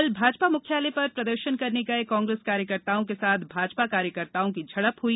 कल भाजपा मुख्यालय पर प्रदर्शन करने गये कांग्रेस कार्यकर्ताओं के साथ भाजपा कार्यकर्ताओं की झड़प हुई